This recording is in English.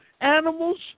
animals